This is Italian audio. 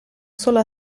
solo